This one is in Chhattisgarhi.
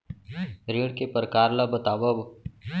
ऋण के परकार ल बतावव?